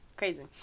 crazy